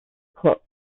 cook